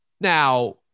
Now